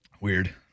Weird